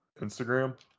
Instagram